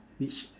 which